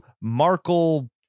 Markle